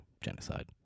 genocide